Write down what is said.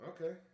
Okay